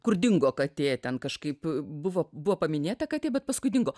kur dingo katė ten kažkaip buvo buvo paminėta katė bet paskui dingo